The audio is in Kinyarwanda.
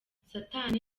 satani